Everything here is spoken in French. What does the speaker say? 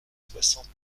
soixante